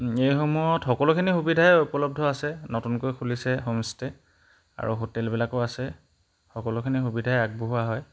এইসমূহত সকলোখিনি সুবিধাই উপলব্ধ আছে নতুনকৈ খুলিছে হোমষ্টে' আৰু হোটেলবিলাকো আছে সকলোখিনি সুবিধাই আগবঢ়োৱা হয়